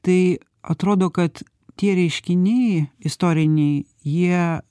tai atrodo kad tie reiškiniai istoriniai jie